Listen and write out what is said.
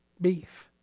beef